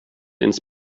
ins